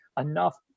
enough